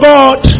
God